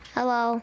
Hello